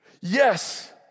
Yes